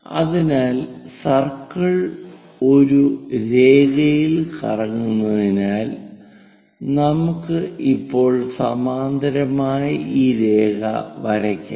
അതിനാൽ സർക്കിൾ ഒരു രേഖയിൽ കറങ്ങുന്നതിനാൽ നമുക്ക് ഇപ്പോൾ സമാന്തരമായി ഈ രേഖ വരയ്ക്കാം